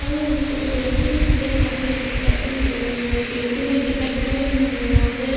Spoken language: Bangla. আমি ইস্কুলে পেন্টিং শিখেছি আমাদের স্কুলে একজন পেন্টিংয়ের টিচার ছিলেন যিনি আমাদের